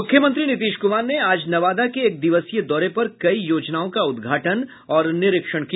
मुख्यमंत्री नीतीश कुमार ने आज नवादा के एक दिवसीय दौरे पर कई योजनाओं का उद्घाटन और निरीक्षण किया